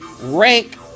rank